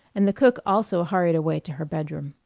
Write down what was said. and the cook also hurried away to her bedroom.